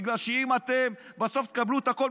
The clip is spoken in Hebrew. בגלל שאם אתם בסוף תקבלו את הכול,